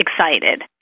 excited